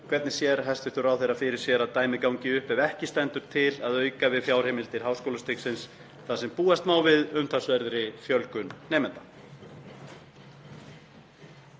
Hvernig sér hæstv. ráðherra fyrir sér að dæmið gangi upp ef ekki stendur til að auka við fjárheimildir háskólastigsins þar sem búast má við umtalsverðri fjölgun nemenda?